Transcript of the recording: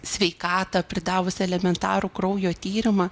sveikatą pridavus elementarų kraujo tyrimą